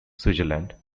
switzerland